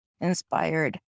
inspired